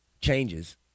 changes